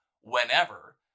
whenever